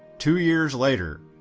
two years later,